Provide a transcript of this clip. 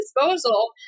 disposal